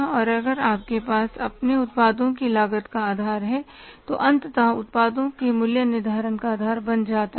और अगर आपके पास अपने उत्पादों की लागत का आधार है जो अंततः उत्पादों के मूल्य निर्धारण का आधार बन जाता है